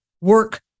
work